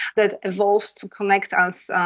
that evolved to connect us,